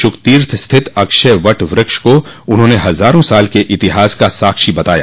शुकतीर्थ स्थित अक्षय वट व्रक्ष को उन्होंने हजारों साल के इतिहास का साक्षी बताया